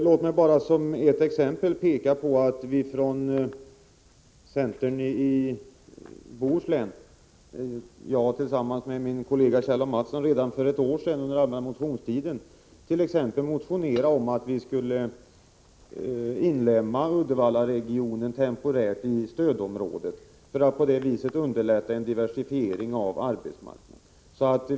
Låt mig bara som ett exempel peka på att vi från centerns sida i Bohuslän — det var jag och min kollega Kjell A. Mattsson — redan för ett år sedan under den allmänna motionstiden motionerade om att man skulle inlemma Uddevallaregionen temporärt i stödområdet, för att på det viset underlätta en diversifiering av arbetsmarknaden.